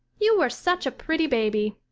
you were such a pretty baby.